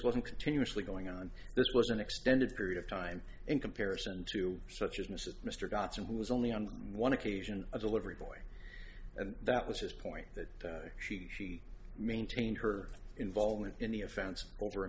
wasn't continuously going on this was an extended period of time in comparison to such as mrs mr dotson who was only on one occasion a delivery boy and that was his point that she she maintained her involvement in the offense over a